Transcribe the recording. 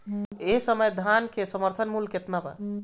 एह समय धान क समर्थन मूल्य केतना बा?